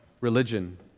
religion